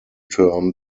term